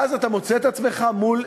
ואז אתה מוצא את עצמך מול